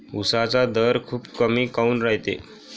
उसाचा दर खूप कमी काऊन रायते?